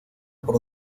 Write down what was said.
por